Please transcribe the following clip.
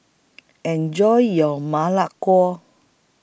Enjoy your Ma Lai